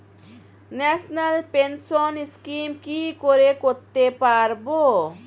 National pension scheme কি করে করতে পারব?